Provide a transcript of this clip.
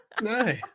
No